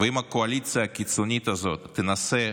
ואם הקואליציה הקיצונית הזאת תנסה